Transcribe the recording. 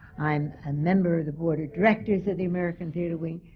i'm a member of the board of directors of the american theatre wing,